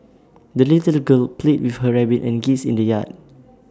the little girl played with her rabbit and geese in the yard